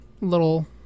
little